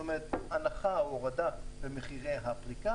זאת אומרת שהנחה או הורדה במחירי הפריקה,